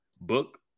Book